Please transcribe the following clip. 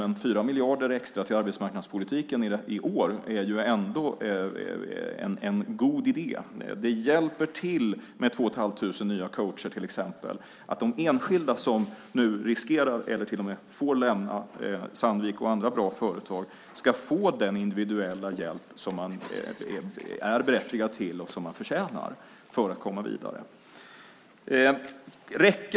Men 4 miljarder extra till arbetsmarknadspolitiken i år är ändå en god idé. Det hjälper till exempel till med 2 500 nya coacher. De enskilda som nu riskerar att få lämna Sandvik och andra bra företag ska få den individuella hjälp som de är berättigade till och förtjänar för att komma vidare.